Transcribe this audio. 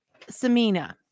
Samina